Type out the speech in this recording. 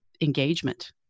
engagement